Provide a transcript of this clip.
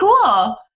cool